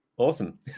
Awesome